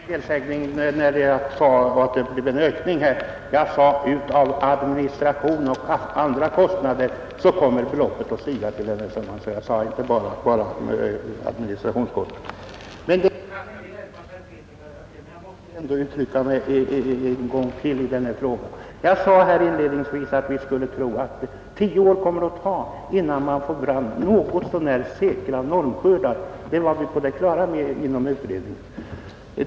Herr talman! Nej, det var ingen felsägning. Jag sade att det blir en ökning av ”administrationsoch andra kostnader”. Jag nämnde alltså inte bara administrationskostnaderna. Det kan inte hjälpas, herr Persson i Heden, att jag måste yttra mig en gång till i denna fråga. Jag sade inledningsvis att vi trodde att det skulle ta tio år innan man fick fram något så när säkra normskördar; det var vi inom utredningen på det klara med.